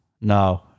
No